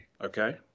Okay